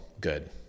good